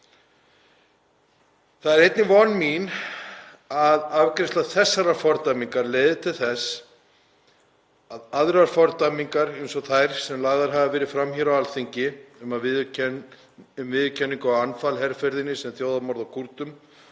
Það er einnig von mín að afgreiðsla þessarar fordæmingar leiði til þess að aðrar fordæmingar, eins og þær sem lagðar hafa verið fram á Alþingi um viðurkenningu á Anfal-herferðinni sem þjóðarmorði á Kúrdum